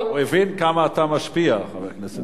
הוא הבין כמה אתה משפיע, חבר הכנסת חנין.